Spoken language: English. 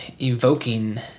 evoking